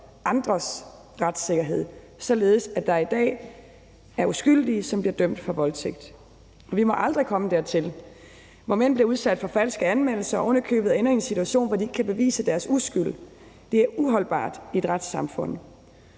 andres retssikkerhed, således at der i dag er uskyldige, som bliver dømt for voldtægt. Vi må aldrig komme dertil, hvor mænd bliver udsat for falske anmeldelser og ovenikøbet ender i en situation, hvor de ikke kan bevise deres uskyld. Det er uholdbart i et retssamfund.